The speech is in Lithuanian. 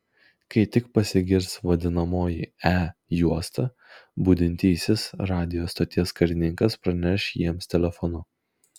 kai tik pasigirs vadinamoji e juosta budintysis radijo stoties karininkas praneš jiems telefonu